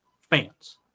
fans